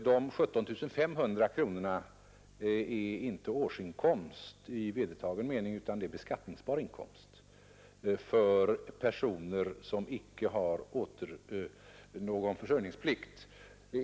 De 17 500 kronorna är inte årsinkomst i vedertagen mening utan beskattningsbar inkomst för personer som inte har någon försörjningsplikt.